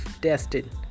tested